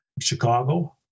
Chicago